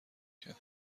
کرد